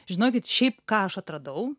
žinokit šiaip ką aš atradau